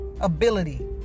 ability